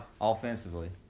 offensively